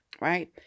Right